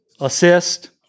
assist